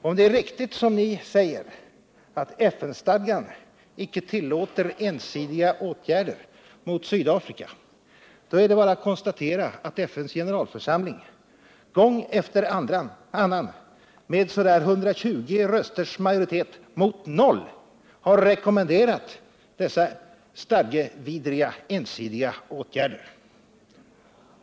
Om det är riktigt, som ni säger, att FN-stadgan icke tillåter ensidiga åtgärder mot Sydafrika är det bara att konstatera att FN:s generalförsamling gång efter annan med ca 120 rösters majoritet mot 0 har rekommenderat dessa stadgevidriga, ensidiga åtgärder.